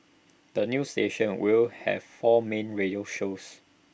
the new station will have four main radio shows